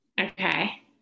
Okay